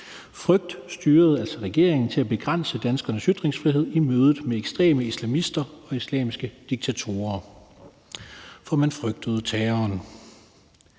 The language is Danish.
Frygt styrede altså regeringen til at begrænse danskernes ytringsfrihed i mødet med ekstreme islamister og islamiske diktaturer. Man frygtede terroren.